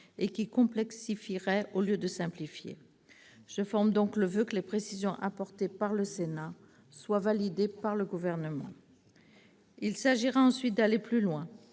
et qui complexifierait au lieu de simplifier. Je forme donc le voeu que les précisions apportées par le Sénat soient validées par le Gouvernement. Il s'agira ensuite d'aller plus loin.